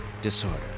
Disorder